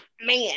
man